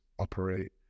operate